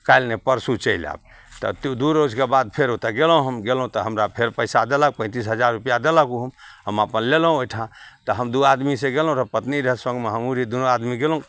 काल्हि नहि परसू चलि आएब तऽ दुइ रोजके बाद फेर ओतए गेलहुँ हम गेलहुँ तऽ हमरा फेर पइसा देलक पैँतिस हजार रुपैआ देलक ओहो हम अपन लेलहुँ ओहिठाम तऽ हम दुइ आदमीसे गेलहुँ रहै पत्नी रहै सङ्गमे हमहूँ रही दुनू आदमी गेलहुँ